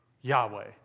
Yahweh